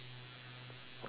okay so